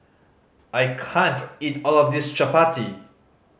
I can't eat all of this chappati